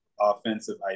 offensive